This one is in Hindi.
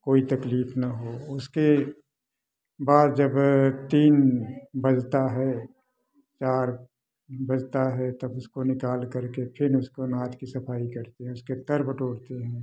कोई तकलीफ ना हो उसके बाद जब तीन बजता है चार बजता है तब उसको निकाल कर के फिर उसको नाद की सफाई करके उसके तर बटोरते हैं